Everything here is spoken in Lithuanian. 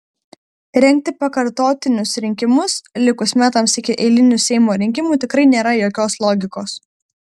rengti pakartotinius rinkimus likus metams iki eilinių seimo rinkimų tikrai nėra jokios logikos